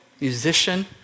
musician